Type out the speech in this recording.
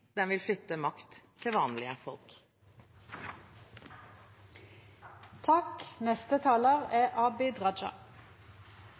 dem. Hvis regjeringen vil flytte makt til vanlige folk,